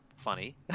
funny